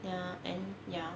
ya and ya